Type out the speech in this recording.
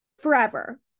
forever